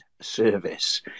service